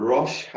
Rosh